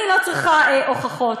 אני לא צריכה הוכחות.